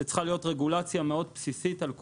שצריכה להיות רגולציה מאוד בסיסית על כולם,